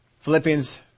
Philippians